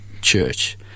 church